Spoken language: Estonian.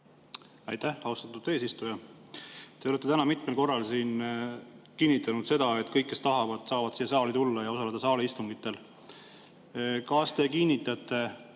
Aitäh, austatud eesistuja! Te olete täna mitmel korral siin kinnitanud, et kõik, kes tahavad, saavad siia saali tulla ja osaleda saaliistungitel. Kas te kinnitate